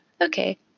okay